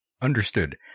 Understood